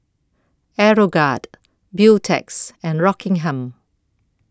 Aeroguard Beautex and Rockingham